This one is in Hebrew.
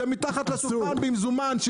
זה מתחת לשולחן במזומן,